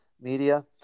media